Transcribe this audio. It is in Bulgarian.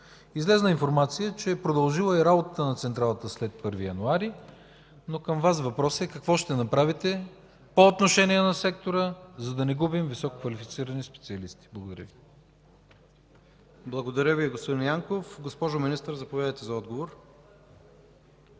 Излезе информация, че е продължила и работата на централата след 1 януари, но към Вас въпросът е: какво ще направите по отношение на сектора, за да не губим висококвалифицирани специалисти? Благодаря Ви. ПРЕДСЕДАТЕЛ ИВАН К. ИВАНОВ: Благодаря Ви, господин Янков. Госпожо Министър, заповядайте за отговор.